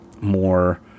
more